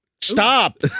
stop